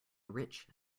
rich